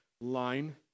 line